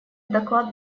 доклад